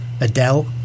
Adele